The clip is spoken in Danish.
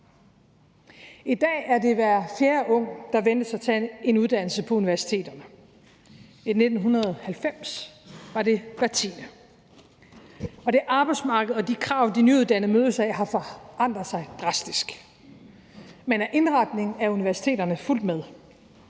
I dag er det hver fjerde ung, der ventes at tage en uddannelse på universitetet; i 1990 var det hver tiende. Og det arbejdsmarked og de krav, de nyuddannede mødes af, har forandret sig drastisk, men er indretningen af universiteterne fulgt med?